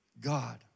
God